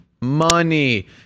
Money